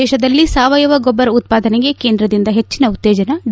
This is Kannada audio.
ದೇಶದಲ್ಲಿ ಸಾವಯವ ಗೊಬ್ಬರ ಉತ್ವಾದನೆಗೆ ಕೇಂದ್ರದಿಂದ ಹೆಚ್ಚನ ಉತ್ತೇಜನ ಡಿ